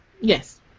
Yes